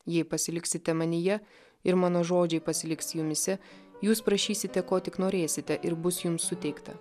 jei pasiliksite manyje ir mano žodžiai pasiliks jumyse jūs prašysite ko tik norėsite ir bus jums suteikta